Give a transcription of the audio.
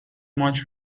much